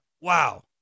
Wow